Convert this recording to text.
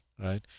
right